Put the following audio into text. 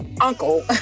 uncle